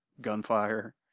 gunfire